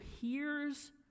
hears